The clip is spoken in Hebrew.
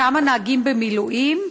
כמה נהגים במילואים?